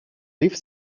лифт